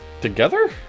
together